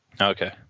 Okay